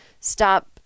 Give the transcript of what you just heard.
stop